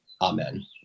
Amen